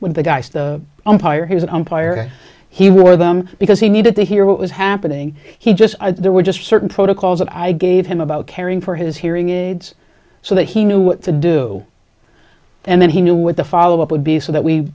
when the guy's the umpire he was an umpire he were them because he needed to hear what was happening he just there were just certain protocols that i gave him about caring for his hearing aids so that he knew what to do and then he knew what the follow up would be so that we